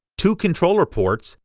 two controller ports,